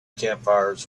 campfires